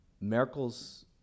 Merkel's